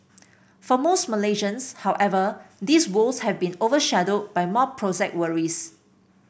for most Malaysians however these woes have been overshadowed by more prosaic worries